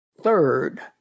Third